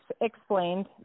explained